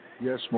Yes